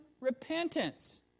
repentance